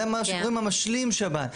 זה מה שנקרא משלים שב"ן.